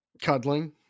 cuddling